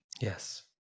yes